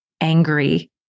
angry